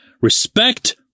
Respect